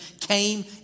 came